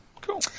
cool